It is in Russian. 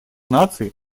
наций